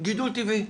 גידול טבעי.